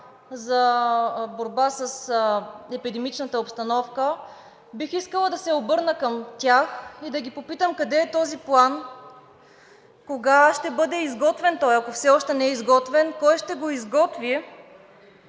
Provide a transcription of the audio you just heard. за борба с епидемичната обстановка, бих искала да се обърна към тях и да ги попитам: къде е този план? Кога ще бъде изготвен той? Ако все още не е изготвен, кой ще го изготви?